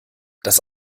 das